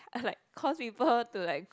and like cause people to like